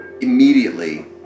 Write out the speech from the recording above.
immediately